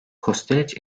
kosteliç